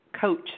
Coach